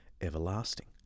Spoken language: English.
everlasting